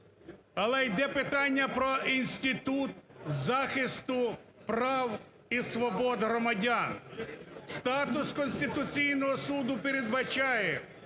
Але йде питання про інститут захисту прав і свобод громадян. Статус Конституційного Суду передбачає